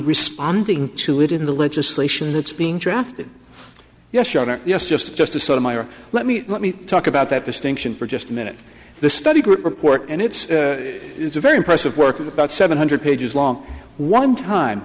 responding to it in the legislation that's being drafted yes yes just a just a sort of my oh let me let me talk about that distinction for just a minute the study group report and it's it's a very impressive work of about seven hundred pages long one time